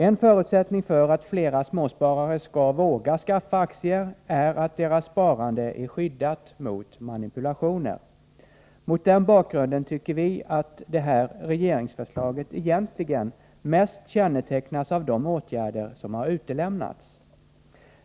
En förutsättning för att flera småsparare skall våga skaffa aktier är att deras sparande är skyddat mot manipulationer. Mot den bakgrunden tycker vi att det här regeringsförslaget egentligen mest kännetecknas av de åtgärder som har utelämnats.